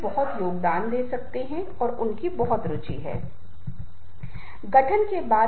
वे सभी व्यक्तिगत संबंधों में भाग लेते हैं और वास्तव में व्यक्तिगत संबंधों के लिए आवश्यक दोस्ताना और सम्मानजनक संचार करते हैं